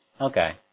Okay